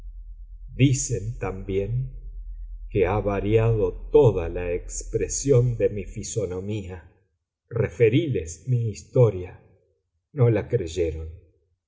dicen también que ha variado toda la expresión de mi fisonomía referíles mi historia no la creyeron